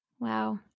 Wow